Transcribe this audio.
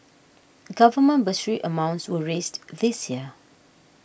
government bursary amounts were raised this year